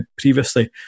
previously